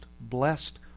blessed